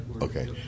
Okay